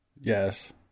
yes